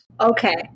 Okay